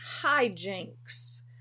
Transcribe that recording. hijinks